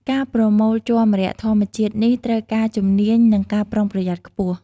ការប្រមូលជ័រម្រ័ក្សណ៍ធម្មជាតិនេះត្រូវការជំនាញ និងការប្រុងប្រយ័ត្នខ្ពស់។